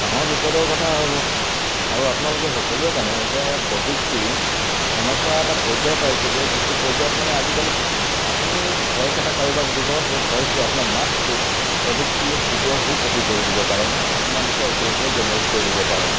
ডাঙৰ বিপদৰ কথা হ'ব আৰু আপোনালোকে সকলোৱে জানে যে প্ৰযুক্তি এনেকুৱা এটা পৰ্যায় পাইছেগৈ যিটো পৰ্যায়ত মানে আজিকালি আপুনি ভইচ এটা কাৰোবাক দিব সেই ভইচটো আপোনাৰ মাতটো প্ৰযুক্তিয়ে হুবহু কপি কৰি দিব পাৰে মানে আপোনাৰ লেখীয়া একে একে জেনেৰেট কৰি দিব পাৰে